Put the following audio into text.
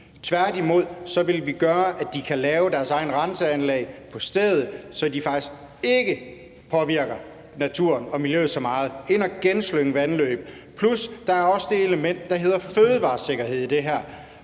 Tværtimod vil vi gøre, at de kan lave deres egne renseanlæg på stedet, så de faktisk ikke påvirker naturen og miljøet så meget, og gå ind at genslynge vandløb, plus at der er også det element, der hedder fødevaresikkerhed i det her